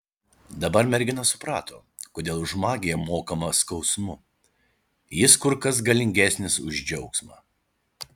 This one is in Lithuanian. dabar mergina suprato kodėl už magiją mokama skausmu jis kur kas galingesnis už džiaugsmą